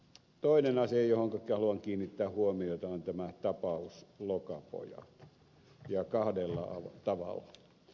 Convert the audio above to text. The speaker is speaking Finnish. toinen asia johonka haluan kiinnittää huomiota on tämä tapaus lokapojat ja kahdella tavalla